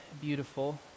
beautiful